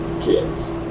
kids